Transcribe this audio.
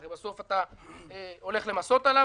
הרי בסוף אתה הולך למסות עליו.